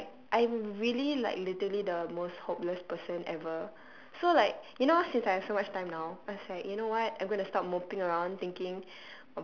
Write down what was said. and like I'm really like literally the most hopeless person ever so like you know since I have so much time now I was like you know what I'm going to stop moping around thinking